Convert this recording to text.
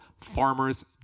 Farmer's